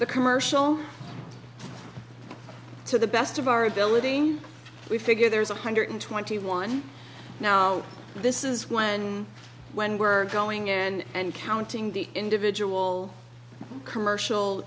the commercial to the best of our ability we figure there's one hundred twenty one now this is one when we're going and counting the individual commercial